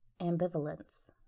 Ambivalence